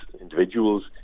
individuals